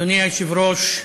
אדוני היושב-ראש,